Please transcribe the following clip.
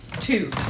Two